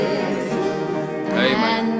Amen